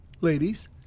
ladies